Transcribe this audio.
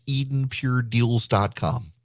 EdenPureDeals.com